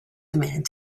command